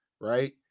right